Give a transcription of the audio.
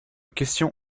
question